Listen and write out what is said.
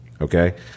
Okay